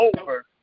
over